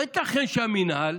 לא ייתכן שהמינהל,